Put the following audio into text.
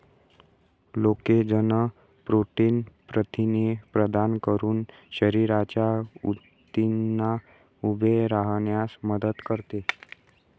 collagen protein प्रथिने प्रदान करून शरीराच्या ऊतींना उभे राहण्यास मदत करते